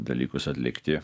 dalykus atlikti